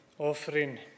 Offering